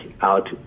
out